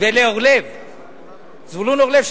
וזבולון אורלב,